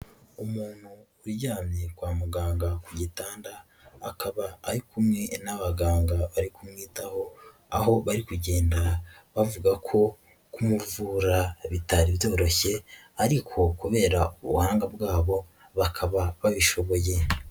Umuntu urymye kwa muganga ku gitanda, akaba ari kumwe n'abaganga bari kumwitaho, aho bari kugenda bavuga ko kumuvura bitari byoroshye ariko kubera ubuhanga bwabo bakaba babishoboye.